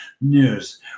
news